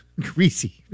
greasy